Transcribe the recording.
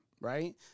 Right